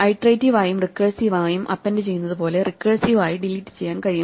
iterative ആയും recursive ആയും append ചെയ്യുന്നത് പോലെ റീകേഴ്സീവ് ആയി ഡിലീറ്റ് ചെയ്യാൻ കഴിയും